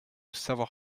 savoir